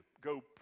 Go